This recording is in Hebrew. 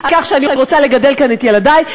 על כך שאני רוצה לגדל כאן את ילדי,